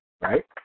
right